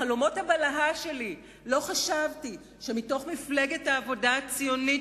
בחלומות הבלהה שלי לא חשבתי שמתוך מפלגת העבודה הציונית